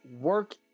Work